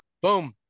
Boom